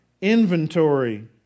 inventory